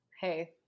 Hey